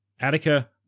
Attica